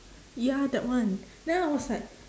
ya that one then I was like